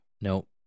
Nope